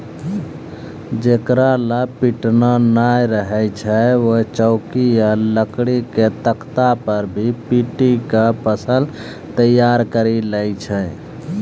जेकरा लॅ पिटना नाय रहै छै वैं चौकी या लकड़ी के तख्ता पर भी पीटी क फसल तैयार करी लै छै